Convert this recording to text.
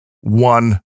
one